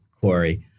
Corey